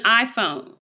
iPhone